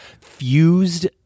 fused